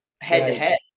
head-to-head